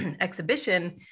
exhibition